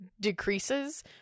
decreases